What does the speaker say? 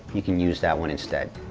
you can use that one instead.